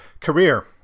Career